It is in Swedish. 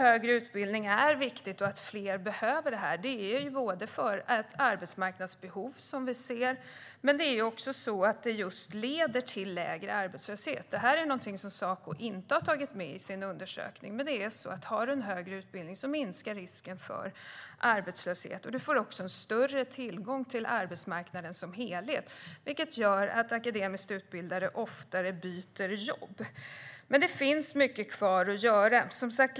Högre utbildning är viktigt, och fler behöver det både för att vi ser ett arbetsmarknadsbehov och för att det leder till lägre arbetslöshet. Det har Saco inte tagit med i sin undersökning. Om man har en högre utbildning minskar risken för arbetslöshet. Man får också större tillgång till arbetsmarknaden som helhet, vilket gör att akademiskt utbildade byter jobb oftare. Det finns dock mycket kvar att göra.